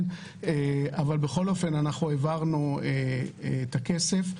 אבל בכל אופן העברנו את הכסף.